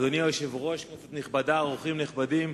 אדוני היושב-ראש, כנסת נכבדה, אורחים נכבדים,